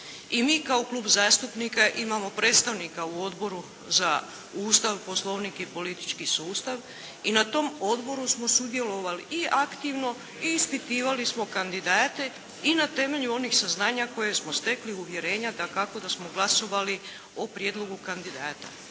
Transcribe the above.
I mi kao Klub zastupnika imamo predstavnika u Odboru za Ustav, Poslovnik i politički sustav i na tom Odboru smo sudjelovali i aktivno i ispitivali smo kandidate i na temelju onih saznanja koje smo stekli uvjerenja dakako da smo glasovali o prijedlogu kandidata.